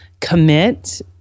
commit